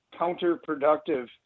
counterproductive